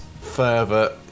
further